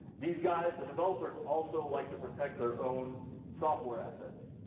these guys, the developers, also like to protect their own software assets.